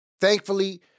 thankfully